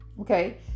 Okay